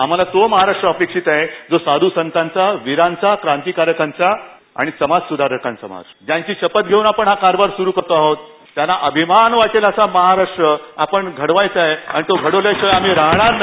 आम्हाला तो महाराष्ट्र अपेक्षित आहेत जो साधुसंतांचा विरांचा क्रांतिकारकांचा आणि समाजसुधारकांचा समाज ज्यांची शपथ घेऊन आपण हा कारभार सुरु करत आहोत त्यांना अभिमान वाटेल असा महाराष्ट्र आपण घडवायचं आणि तो घडवल्या शिवाय आम्ही राहणार नाही